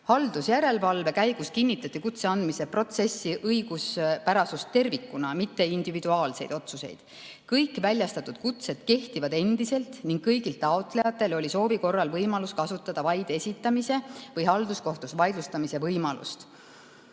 Haldusjärelevalve käigus kinnitati kutse andmise protsessi õiguspärasust tervikuna, mitte individuaalseid otsuseid. Kõik väljastatud kutsed kehtivad endiselt ning kõigil taotlejatel oli soovi korral võimalus kasutada vaid esitamise või ka halduskohtus vaidlustamise võimalust.